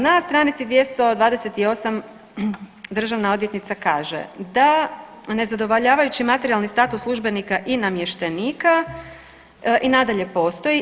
Na stranici 228. državna odvjetnica kaže da nezadovoljavajući materijalni status službenika i namještenika i nadalje postoji.